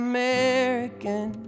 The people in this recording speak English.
American